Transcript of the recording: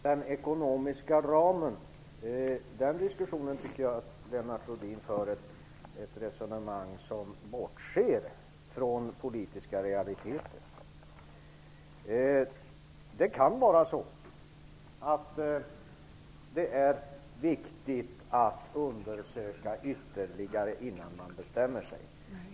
Fru talman! I diskussionen om den ekonomiska ramen tycker jag att Lennart Rohdin för ett resonemang som bortser från politiska realiteter. Det kan vara så att det är viktigt att undersöka ytterligare innan man bestämmer sig.